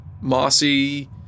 mossy